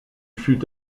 fut